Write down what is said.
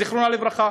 זיכרונה לברכה,